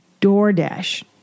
DoorDash